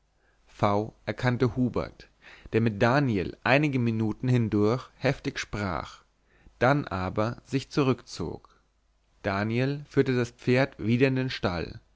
v erkannte hubert der mit daniel einige minuten hindurch heftig sprach dann aber sich zurückzog daniel führte das pferd wieder in den stall